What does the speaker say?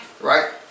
Right